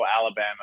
Alabama